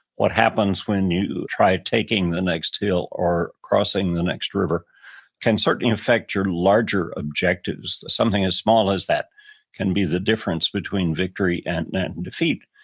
what happens when you try taking the next hill or crossing the next river can certainly affect your larger objectives. something as small as that can be the difference between victory and and and defeat.